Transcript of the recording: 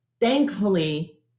Thankfully